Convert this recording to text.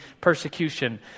persecution